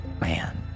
man